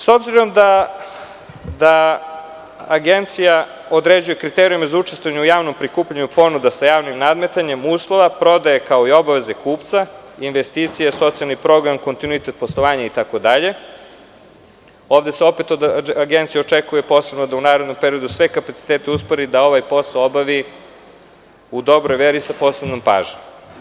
S obzirom da Agencija određuje kriterijume za učestvovanje u javnom prikupljanju ponuda sa javnim nadmetanjem uslova prodaje kao i obaveze kupca, investicije, socijalni program, kontinuitet poslovanja itd, ovde se opet od Agencije očekuje posebno da u narednom periodu sve kapacitete uspori i da ovaj posao obavi u dobroj meri sa posebnom pažnjom.